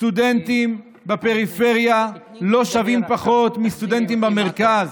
סטודנטים בפריפריה לא שווים פחות מסטודנטים במרכז.